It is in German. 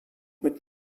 mit